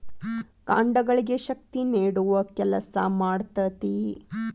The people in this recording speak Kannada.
ಕಾಂಡಗಳಿಗೆ ಶಕ್ತಿ ನೇಡುವ ಕೆಲಸಾ ಮಾಡ್ತತಿ